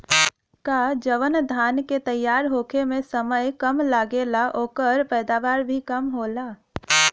का जवन धान के तैयार होखे में समय कम लागेला ओकर पैदवार भी कम होला?